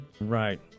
Right